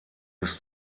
bis